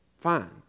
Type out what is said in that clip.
fine